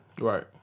Right